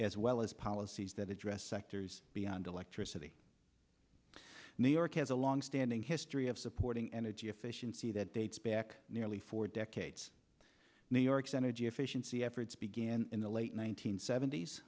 as well as policies that address sectors beyond electricity new york has a long standing history of supporting energy efficiency that dates back nearly four decades new york's energy efficiency efforts began in the late one nine hundred sevent